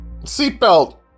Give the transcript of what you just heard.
Seatbelt